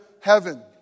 heaven